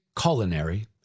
culinary